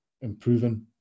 improving